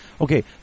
Okay